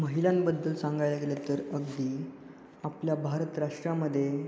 महिलांबद्दल सांगायला गेलं तर अगदी आपल्या भारत राष्ट्रामध्ये